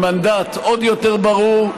עם מנדט עוד יותר ברור,